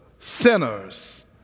sinners